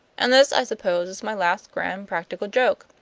and this i suppose is my last grand practical joke.